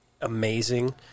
amazing